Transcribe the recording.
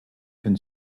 can